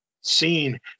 seen